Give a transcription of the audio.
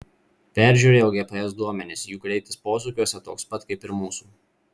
peržiūrėjau gps duomenis jų greitis posūkiuose toks pat kaip ir mūsų